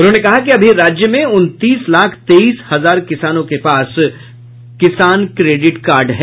उन्होंने कहा कि अभी राज्य में उनतीस लाख तेईस हजार किसानों के पास किसान क्रेडिट कार्ड है